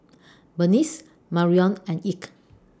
Berniece Marrion and Ike